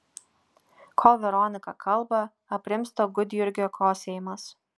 kol veronika kalba aprimsta gudjurgio kosėjimas